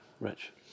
Rich